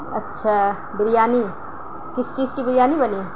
اچّھا بریانی کِس چیز کی بریانی بنی ہے